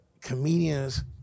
comedians